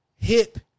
hip